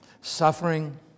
suffering